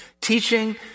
teaching